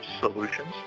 Solutions